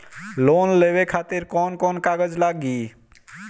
Loan लेवे खातिर कौन कौन कागज लागी?